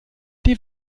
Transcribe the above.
die